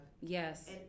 Yes